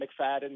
McFadden